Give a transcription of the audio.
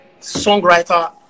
songwriter